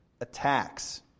attacks